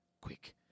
Quick